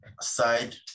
side